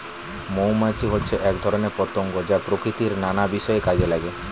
মৌমাছি হচ্ছে এক ধরনের পতঙ্গ যা প্রকৃতির নানা বিষয়ে কাজে লাগে